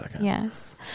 Yes